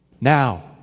now